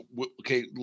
okay